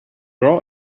raw